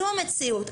זו המציאות.